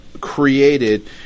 created